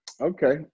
Okay